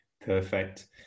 Perfect